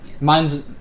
Mine's-